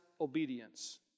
obedience